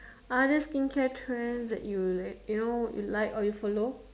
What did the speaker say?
other skincare trends that you know you like or you follow